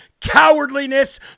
cowardliness